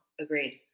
Agreed